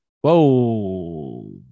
Whoa